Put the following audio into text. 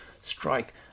strike